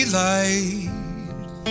light